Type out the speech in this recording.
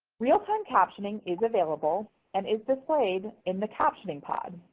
real-time captioning is available and is displayed in the captioning pod,